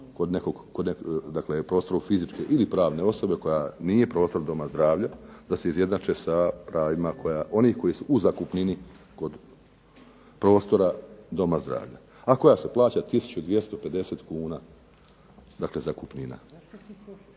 dakle prostoru fizičke ili pravne osobe koja nije prostor doma zdravlja, da se izjednače sa pravima onih koji su u zakupnini kod prostora doma zdravlja, a koja se plaća 1250 kuna, dakle zakupnina.